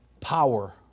power